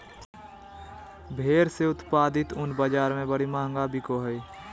भेड़ से उत्पादित ऊन बाज़ार में बड़ी महंगा बिको हइ